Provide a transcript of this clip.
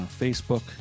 Facebook